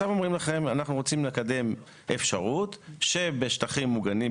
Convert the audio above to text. אומרים לכם עכשיו: אנחנו רוצים לקדם אפשרות שבשטחים מוגנים,